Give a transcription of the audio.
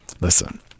Listen